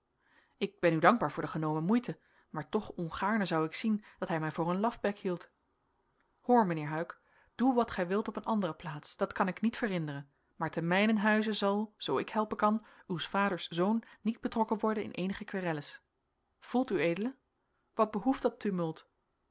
ik ben u dankbaar voor de genomene moeite maar toch ongaarne zoude ik zien dat hij mij voor een lafbek hield hoor mijnheer huyck doe wat gij wilt op een andere plaats dat kan ik niet verhinderen maar te mijnen huize zal zoo ik helpen kan uws vaders zoon niet betrokken worden in eenige querelles voelt ued wat behoeft dat tumult